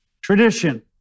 Tradition